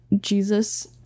jesus